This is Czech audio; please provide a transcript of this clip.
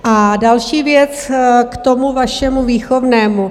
A další věc, k tomu vašemu výchovnému.